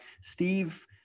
Steve